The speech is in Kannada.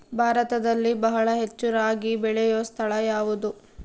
ಭಾರತದಲ್ಲಿ ಬಹಳ ಹೆಚ್ಚು ರಾಗಿ ಬೆಳೆಯೋ ಸ್ಥಳ ಯಾವುದು?